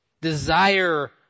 Desire